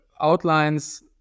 outlines